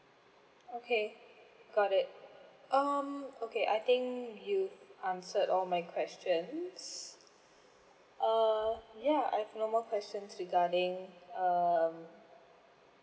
okay got it um okay I think you answered all my question uh ya I've no more questions regarding um